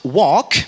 walk